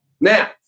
Now